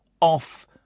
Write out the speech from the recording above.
off